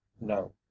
no